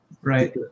right